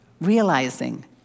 realizing